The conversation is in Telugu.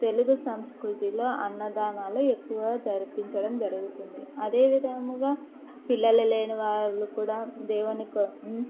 తెలుగు సంస్కృతిలో అన్నదానాలు ఎక్కువ జరిపించడం జరుగుతుంది అదేవిధముగా పిల్లలు లేని వాళ్ళు కూడా దేవునికి